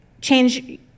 change